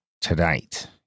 Tonight